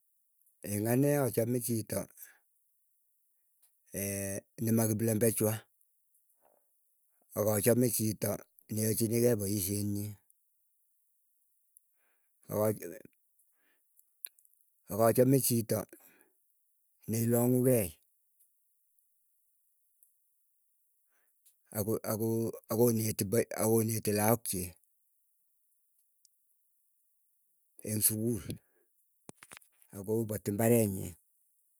Eng anee achame chito nemakiblembechwa, akachame chito neachinikei poisye nyii. Akachame chito neilang'u kei, ako ako ako akooneti lakook chiik eng sukul, akopati imbare nyii.